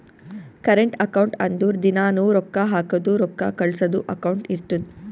current account ಅಂದುರ್ ದಿನಾನೂ ರೊಕ್ಕಾ ಹಾಕದು ರೊಕ್ಕಾ ಕಳ್ಸದು ಅಕೌಂಟ್ ಇರ್ತುದ್